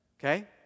Okay